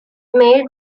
mail